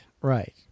Right